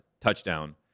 touchdown